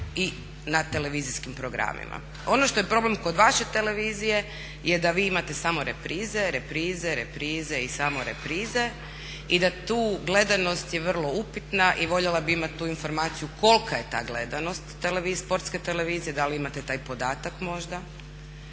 i na televizijskim programima. Ono što je problem kod vaše televizije je da vi imate samo reprize, reprize, reprize i samo reprize i da tu gledanost je vrlo upitna i voljela bi imati tu informaciju kolika je ta gledanost Sportske televizije, da li imate taj podatak možda?